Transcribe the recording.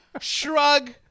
shrug